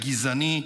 הגזעני,